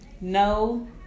no